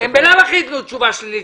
ממילא ייתנו תשובה שלילית.